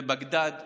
בבגדד שבעיראק.